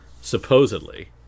supposedly